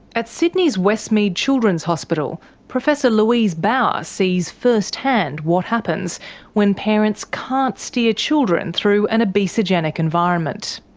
at sydney's westmead children's hospital, professor louise baur sees first-hand what happens when parents can't steer children through an obesogenic environment.